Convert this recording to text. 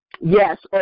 Yes